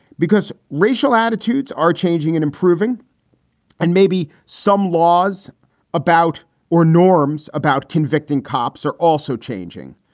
because racial attitudes are changing and improving and maybe some laws about or norms about convicting cops are also changing.